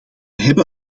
hebben